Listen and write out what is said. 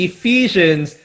Ephesians